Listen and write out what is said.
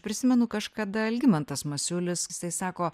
prisimenu kažkada algimantas masiulis jisai sako